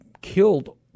killed